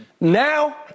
Now